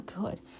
good